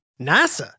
NASA